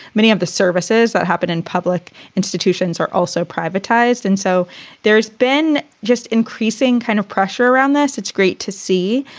many of the services that happen in public institutions are also privatized. and so there has been just increasing kind of pressure around there. it's great to see.